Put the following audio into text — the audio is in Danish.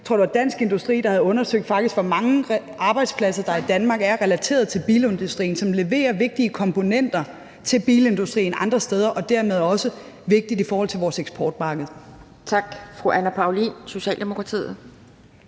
jeg tror, det var Dansk Industri, der havde undersøgt, hvor mange arbejdspladser der i Danmark faktisk er relateret til bilindustrien, og som leverer vigtige komponenter til bilindustrien andre steder, og dermed er de også vigtige i forhold til vores eksportmarked.